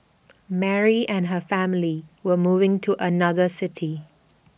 Mary and her family were moving to another city